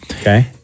Okay